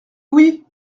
oui